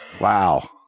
Wow